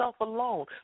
alone